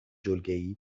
جلگهای